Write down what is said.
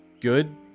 good